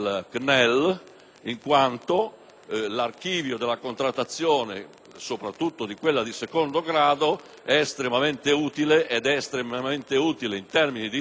in quanto l'archivio della contrattazione, soprattutto di quella di secondo grado, è estremamente utile. È soprattutto utile in termini di trasparenza